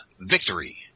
Victory